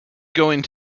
going